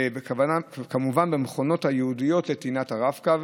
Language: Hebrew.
וכמובן במכונות הייעודיות לטעינת הרב-קו.